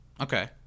Okay